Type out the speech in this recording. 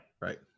right